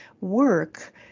work